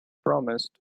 promised